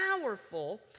powerful